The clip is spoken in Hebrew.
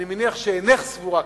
אני מניח שאינך סבורה כמוני,